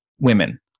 women